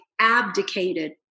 abdicated